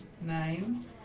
Nine